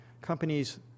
companies